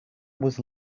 was